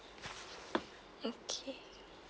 okay